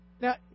Now